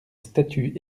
statue